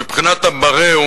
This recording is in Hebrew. מבחינת המראה,